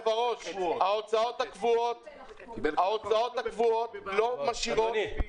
ההוצאות הקבועות לא משאירות --- אדוני,